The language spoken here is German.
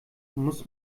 muss